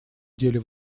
деле